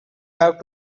have